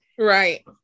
Right